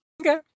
Okay